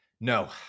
No